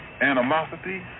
animosity